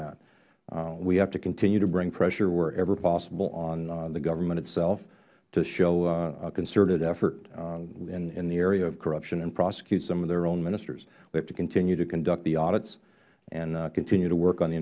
that we have to continue to bring pressure wherever possible on the government itself to show a concerted effort in the area of corruption and prosecute some of their own ministers we have to continue to conduct the audits and continue to work on the